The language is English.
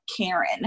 Karen